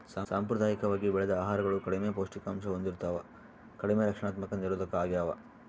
ಸಾಂಪ್ರದಾಯಿಕವಾಗಿ ಬೆಳೆದ ಆಹಾರಗಳು ಕಡಿಮೆ ಪೌಷ್ಟಿಕಾಂಶ ಹೊಂದಿರ್ತವ ಕಡಿಮೆ ರಕ್ಷಣಾತ್ಮಕ ನಿರೋಧಕ ಆಗ್ಯವ